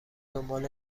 دنبال